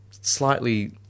slightly